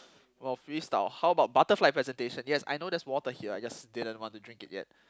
well freestyle how about butterfly presentation yes I know there's water here I just didn't want to drink it yet